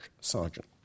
sergeant